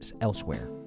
elsewhere